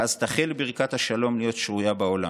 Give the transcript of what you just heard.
ואז תחל ברכת השלום להיות שרויה בעולם.